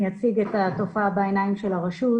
אני אציג את התופעה בעיניים של הרשות,